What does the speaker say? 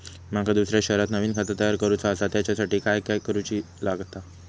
माका दुसऱ्या शहरात नवीन खाता तयार करूचा असा त्याच्यासाठी काय काय करू चा लागात?